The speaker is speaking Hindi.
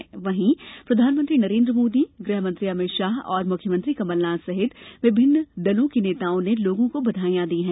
इस अवसर पर प्रधानमंत्री नरेन्द्र मोदी गृह मंत्री अमित शाह और मुख्यमंत्री कमलनाथ सहित विभिन्न दलों के नेताओं ने लोगों को बधाई दी है